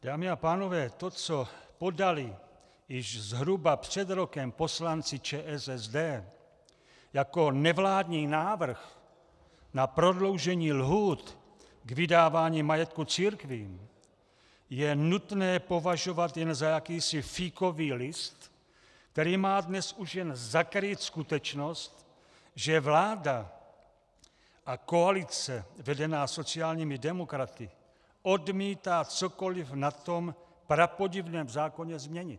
Dámy a pánové, to, co podali již zhruba před rokem poslanci ČSSD jako nevládní návrh na prodloužení lhůt k vydávání majetku církvím, je nutné považovat jen za jakýsi fíkový list, který má dnes už jen zakrýt skutečnost, že vláda a koalice vedená sociálními demokraty odmítá cokoliv na tom prapodivném zákoně změnit.